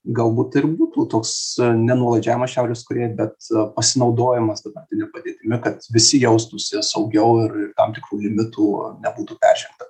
galbūt ir būtų toks nenuolaidžiavimas šiaurės korėjai bet pasinaudojimas dabartine padėtimi kad visi jaustųsi saugiau ir tam tikrų limitų nebūtų peržengta